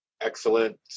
excellent